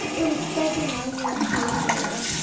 it was strega nona junior.